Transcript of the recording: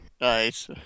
Nice